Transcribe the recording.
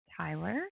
Tyler